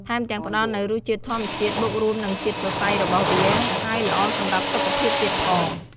ថែមទាំងផ្តល់នូវរសជាតិធម្មជាតិបូករួមនឹងជាតិសរសៃរបស់វា ហើយល្អសម្រាប់សុខភាពទៀតផង។